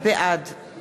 בעד